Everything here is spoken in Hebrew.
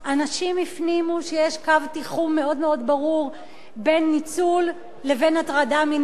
אנשים הפנימו שיש קו תיחום מאוד מאוד ברור בין ניצול לבין הטרדה מינית,